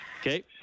Okay